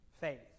Faith